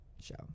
show